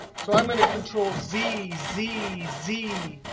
so i'm going to control-z, z z z,